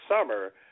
summer